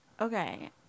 Okay